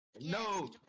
No